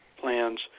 plans